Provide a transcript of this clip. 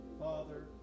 Father